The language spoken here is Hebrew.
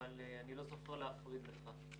אבל אני לא זוכר להפריד לך.